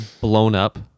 blown-up